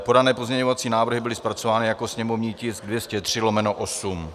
Podané pozměňovací návrhy byly zpracovány jako sněmovní tisk 203/8.